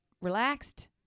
relaxed